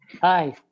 Hi